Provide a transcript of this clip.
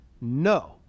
No